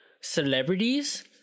celebrities